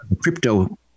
Crypto